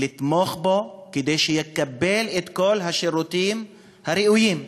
לתמוך בו, כדי שיקבל את כל השירותים הראויים.